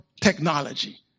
technology